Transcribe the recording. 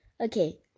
Okay